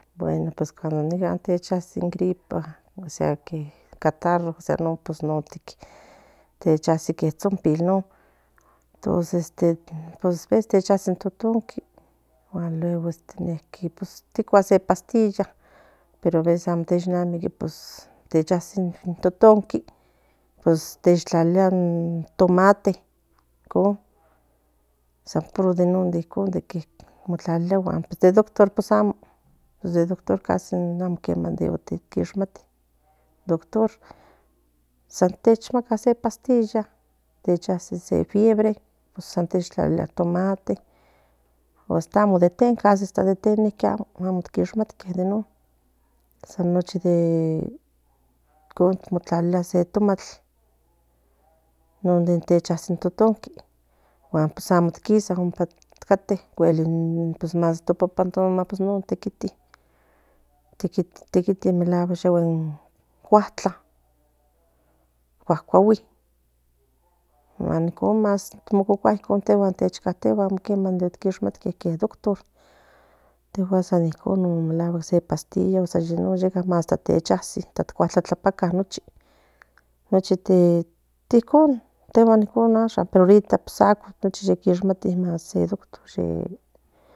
Bueno pues nica nenchecasi in gripa pues non ne checasi chopo in toto qui pues ticua sepastilla pero ves a te checasi in toto qui pues tlalilia in tomate icon san puedo de non motlalilia se doctor pues amo cani de niquishmati doctor te tlalilia san tomate asta ni de te san de nochi de icon motlalilia se total non de che casi in totonkin ipan cate más topan no papan non te quite melacuatl ya in cuclan icon ma cucua ano quishmsti in doctor san pastilla o san lleno san cuatepsca de icon pero ahorita pues amo she quishmsti se doctor